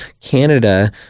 Canada